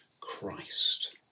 Christ